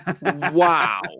Wow